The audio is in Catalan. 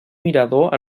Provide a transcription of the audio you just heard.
mirador